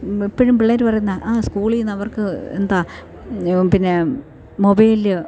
എപ്പോഴും പിള്ളേർ പറയുന്ന ആ സ്കൂളിൽ നിന്നവർക്ക് എന്താ പിന്നെ മൊബൈലിൽ